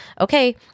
okay